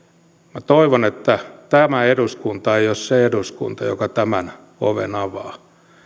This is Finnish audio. toivon että tämä eduskunta ei ole se eduskunta joka tämän oven avaa